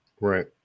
right